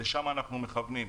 לשם אנחנו מכוונים.